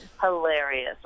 hilarious